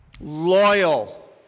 loyal